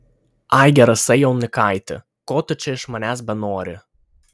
ai gerasai jaunikaiti ko tu čia iš manęs benori